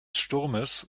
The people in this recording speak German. sturmes